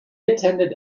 attended